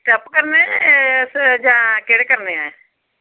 step करने न जां केह्ड़े करने न